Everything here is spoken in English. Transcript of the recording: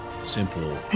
simple